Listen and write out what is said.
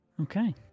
Okay